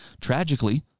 Tragically